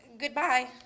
Goodbye